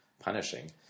punishing